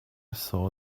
saw